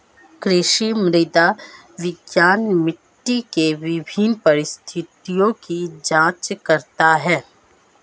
कृषि मृदा विज्ञान मिट्टी के विभिन्न परिस्थितियों की जांच करता है